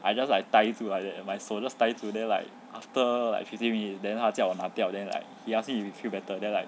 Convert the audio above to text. I just like 呆住 like that and my 手 just 呆住 like after like fifteen minutes then 他叫我拿掉 then like he ask me if you feel better then like